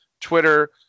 Twitter